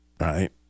right